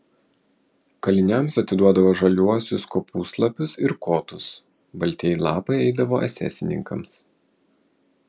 kaliniams atiduodavo žaliuosius kopūstlapius ir kotus baltieji lapai eidavo esesininkams